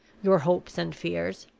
your hopes and fears.